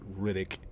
Riddick